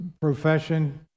profession